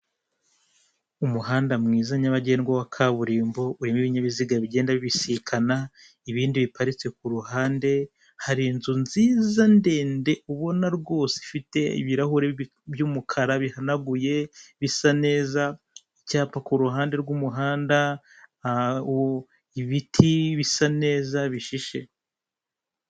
Umuhanda mwiza nyabagendwa wa kaburimbo, urimo ibinyabiziga bigenda bibisikana, ibindi biparitse ku ruhande, hari inzu nziza ndende ubona rwose ifite ibirahure bibi by'umukara bihanaguye bisa neza, icyapa ku ruhande rw'umuhanda, a u ibiti bisa neza bishishe.